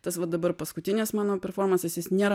tas va dabar paskutinis mano performansas jis nėra